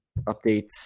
updates